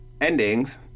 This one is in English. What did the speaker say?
endings